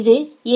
இது எ